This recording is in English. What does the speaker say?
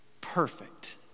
perfect